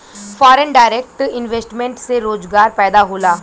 foreign direct investment से रोजगार पैदा होला